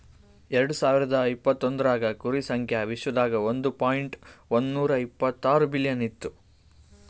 ಎರಡು ಸಾವಿರ ಇಪತ್ತೊಂದರಾಗ್ ಕುರಿ ಸಂಖ್ಯಾ ವಿಶ್ವದಾಗ್ ಒಂದ್ ಪಾಯಿಂಟ್ ಒಂದ್ನೂರಾ ಇಪ್ಪತ್ತಾರು ಬಿಲಿಯನ್ ಇತ್ತು